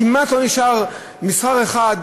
כמעט לא נשאר מסחר מסורתי אחד,